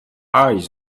eyes